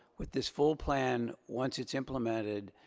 with this full plan, once it's implemented,